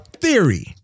theory